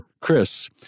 Chris